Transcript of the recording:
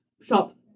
Shop